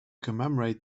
commemorate